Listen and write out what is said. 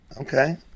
Okay